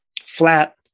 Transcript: flat